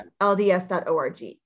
LDS.org